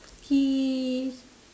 he's